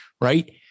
right